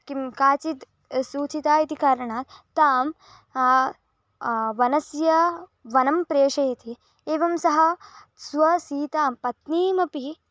किं काचिद् सूचितम् इति कारणात् तां वनस्य वनं प्रेषयति एवं सः स्वसीतां पत्नीमपि